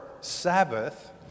Sabbath